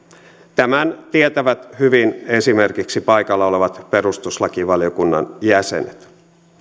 tämän tietävät hyvin esimerkiksi paikalla olevat perustuslakivaliokunnan jäsenet